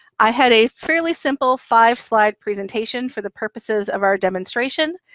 i had a fairly simple five slide presentation for the purposes of our demonstration,